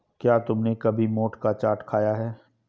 क्या तुमने कभी मोठ का चाट खाया है?